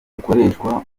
bukoreshwa